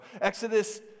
Exodus